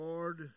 Lord